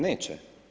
Neće.